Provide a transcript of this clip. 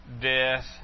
death